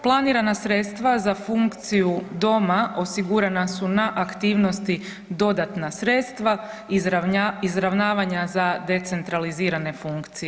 Planirana sredstva za funkciju doma osigurana su na aktivnosti dodatna sredstva izravnavanja za decentralizirane funkcije.